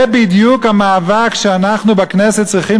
זה בדיוק המאבק שאנחנו בכנסת צריכים